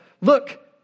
look